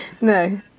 no